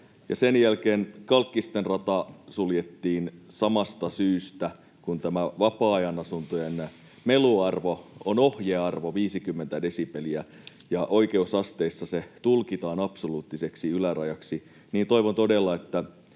sen jälkeen Kolkkisten rata suljettiin samasta syystä, kun tämä vapaa-ajanasuntojen meluohjearvo on 50 desibeliä ja oikeusasteissa se tulkitaan absoluuttiseksi ylärajaksi.